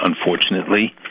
unfortunately